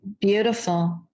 Beautiful